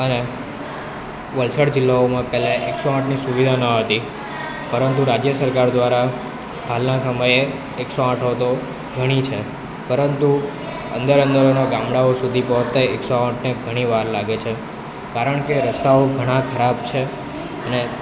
અને વલસાડ જિલ્લાઓમાં પહેલાં એકસો આઠની સુવિધા ન હતી પરંતુ રાજ્ય સરકાર દ્વારા હાલના સમયે એકસો આઠો તો ઘણી છે પરંતુ અંદર અંદરોના ગામડાઓ સુધી પહોંચતાં એકસો આઠને ઘણી વાર લાગે છે કારણ કે રસ્તાઓ ઘણા ખરાબ છે અને